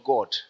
God